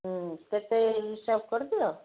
କେତେ ହିସାବ କରିଦିଅ